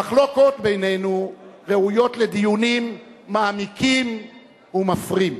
המחלוקות בינינו ראויות לדיונים מעמיקים ומפרים.